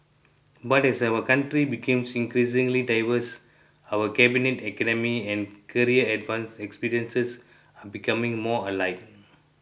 but as our country becomes increasingly diverse our cabinet academic and career experiences becoming more alike